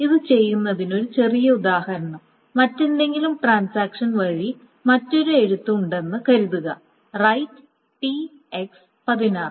അത് ചെയ്യുന്നതിന് ഒരു ചെറിയ ഉദാഹരണം മറ്റേതെങ്കിലും ട്രാൻസാക്ഷൻ വഴി മറ്റൊരു എഴുത്ത് ഉണ്ടെന്ന് കരുതുക റൈററ് T x 16